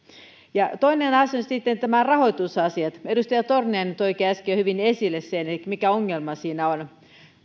toinen asia on sitten tämä rahoitusasia edustaja torniainen toikin äsken jo hyvin esille sen mikä ongelma siinä on